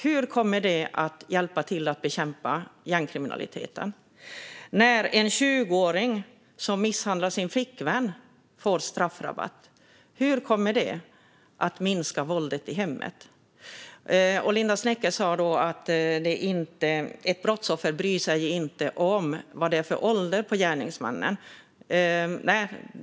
Hur kommer detta att hjälpa till att bekämpa gängkriminaliteten? Hur kommer det att minska våldet i hemmet att en 20-åring som misshandlar sin flickvän får straffrabatt? Linda Westerlund Snecker sa att ett brottsoffer inte bryr sig om vad det är för ålder på gärningsmannen.